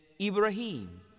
Ibrahim